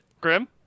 Grim